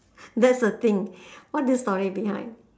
that's the thing what the story behind